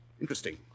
interesting